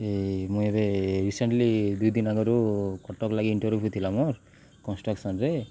ଏ ମୁଁ ଏବେ ରିସେଣ୍ଟଲି ଦୁଇ ଦିନ ଆଗରୁ କଟକ ଲାଗି ଇଣ୍ଟରଭିୟୁ ଥିଲା ମୋର କଷ୍ଟ୍ରକ୍ସନରେ